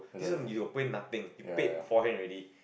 this one you will pay nothing you paid forehand already